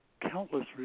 countless